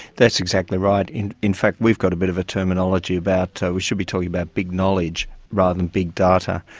that's exactly right. in in fact we've got a bit of a terminology about we should be talking about big knowledge rather than big data,